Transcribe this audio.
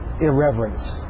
irreverence